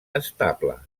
estable